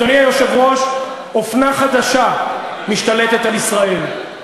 אדוני היושב-ראש, אופנה חדשה משתלטת על ישראל: